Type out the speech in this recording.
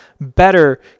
better